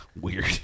weird